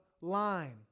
line